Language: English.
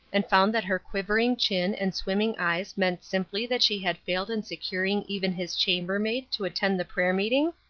and found that her quivering chin and swimming eyes meant simply that she had failed in securing even his chambermaid to attend the prayer-meeting?